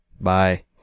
Bye